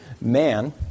man